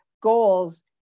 goals